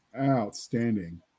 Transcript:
Outstanding